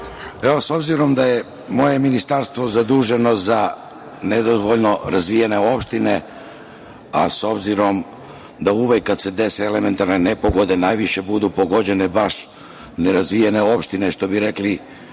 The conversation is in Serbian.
S obzirom da je moje ministarstvo zaduženo za nedovoljno razvijene opštine, a s obzirom da uvek kada se dese elementarne nepogode najviše budu pogođene baš nerazvijene opštine, što bi rekao